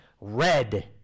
red